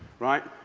right?